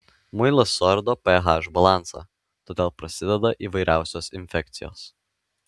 muilas suardo ph balansą todėl prasideda įvairiausios infekcijos